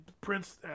Prince